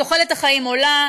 תוחלת החיים עולה.